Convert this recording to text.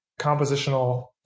compositional